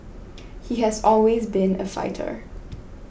he has always been a fighter